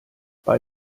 bei